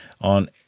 on